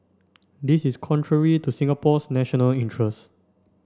this is contrary to Singapore's national interests